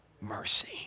mercy